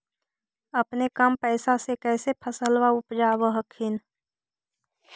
अपने कम पैसा से कैसे फसलबा उपजाब हखिन?